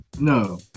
no